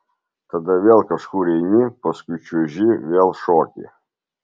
tada vėl kažkur eini paskui čiuoži vėl šoki